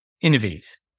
innovate